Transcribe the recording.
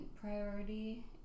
priority